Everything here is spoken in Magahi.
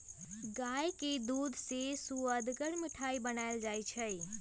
गाय के दूध से सुअदगर मिठाइ बनाएल जाइ छइ